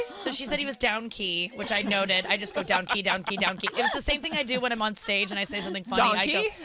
so she said he was down key, which i noted, i just go down key, down key, down key, yeah it's the same thing i do when i'm on stage and i say something funny donkey?